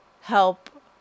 help